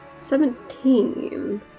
Seventeen